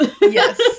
Yes